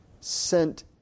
sent